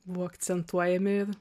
buvo akcentuojami ir